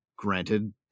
Granted